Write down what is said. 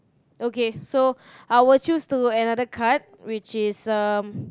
okay so I will choose to another card with is um